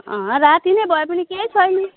अँ राति नै भए पनि केही छैन